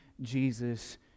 Jesus